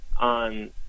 on